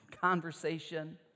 conversation